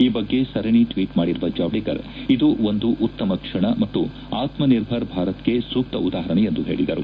ಈ ಬಗ್ಗೆ ಸರಣಿ ಟ್ವೀಟ್ ಮಾಡಿರುವ ಜಾವಡೇಕರ್ ಇದು ಒಂದು ಉತ್ತಮ ಕ್ಷಣ ಮತ್ತು ಆತ್ಸನಿರ್ಭರ್ ಭಾರತ್ಗೆ ಸೂಕ್ತ ಉದಾಹರಣೆ ಎಂದು ಹೇಳಿದರು